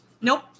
Nope